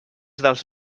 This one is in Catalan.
dels